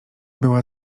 była